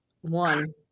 one